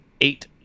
eight